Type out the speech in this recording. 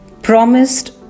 promised